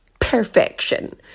perfection